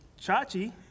Chachi